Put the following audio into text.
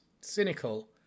cynical